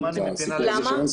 למה?